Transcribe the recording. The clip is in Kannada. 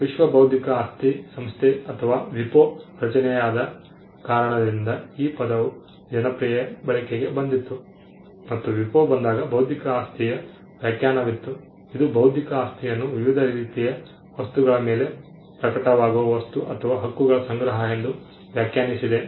ವಿಶ್ವ ಬೌದ್ಧಿಕ ಆಸ್ತಿ ಸಂಸ್ಥೆ ಅಥವಾ WIPO ರಚನೆಯಾದ ಕಾರಣದಿಂದ ಈ ಪದವು ಜನಪ್ರಿಯ ಬಳಕೆಗೆ ಬಂದಿತು ಮತ್ತು WIPO ಬಂದಾಗ ಬೌದ್ಧಿಕ ಆಸ್ತಿಯ ವ್ಯಾಖ್ಯಾನವಿತ್ತು ಇದು ಬೌದ್ಧಿಕ ಆಸ್ತಿಯನ್ನು ವಿವಿಧ ರೀತಿಯ ವಸ್ತುಗಳ ಮೇಲೆ ಪ್ರಕಟವಾಗುವ ವಸ್ತು ಅಥವಾ ಹಕ್ಕುಗಳ ಸಂಗ್ರಹ ಎಂದು ವ್ಯಾಖ್ಯಾನಿಸಿದೆ